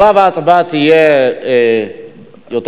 תשובה והצבעה יהיו יותר